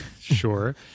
Sure